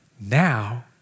now